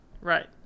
right